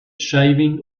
shaving